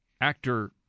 Actor